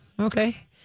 okay